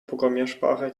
programmiersprache